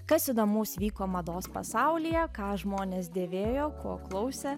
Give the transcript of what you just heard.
kas įdomaus vyko mados pasaulyje ką žmonės dėvėjo ko klausė